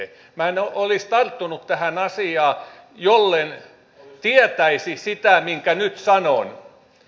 minä en olisi tarttunut tähän asiaan jollen tietäisi sitä minkä nyt sanon